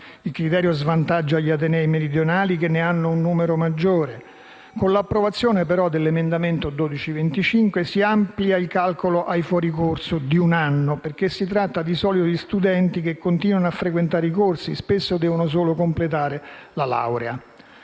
Il criterio svantaggia gli atenei meridionali che ne hanno un numero maggiore. Con l'approvazione, però, dell'emendamento 12.25 si amplia il calcolo ai fuori corso di un anno, perché si tratta di solito di studenti che continuano a frequentare i corsi e spesso devono solo completare la laurea.